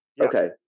Okay